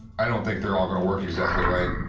i don't think they're all going to work exactly right.